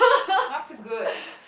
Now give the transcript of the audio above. not too good